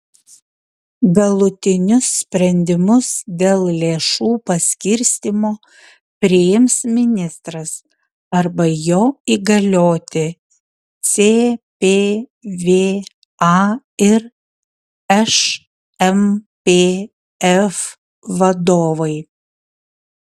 galutinius sprendimus dėl lėšų paskirstymo priims ministras arba jo įgalioti cpva ir šmpf vadovai